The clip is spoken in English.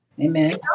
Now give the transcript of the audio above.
Amen